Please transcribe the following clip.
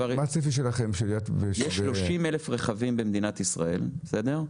יש 30,000 רכבים כאלה במדינת ישראל.